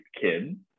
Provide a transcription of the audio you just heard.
kid